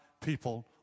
people